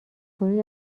کنید